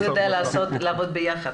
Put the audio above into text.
הוא יודע לעבוד ביחד.